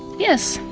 yes!